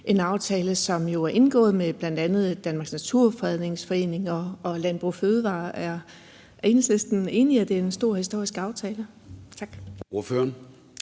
en aftale, som jo bl.a. er indgået med Danmarks Naturfredningsforening og Landbrug & Fødevarer. Er Enhedslisten enig i, at det er en stor og historisk aftale? Tak. Kl.